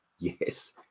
Yes